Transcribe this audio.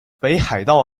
北海道